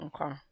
Okay